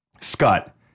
Scott